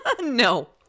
No